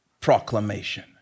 proclamation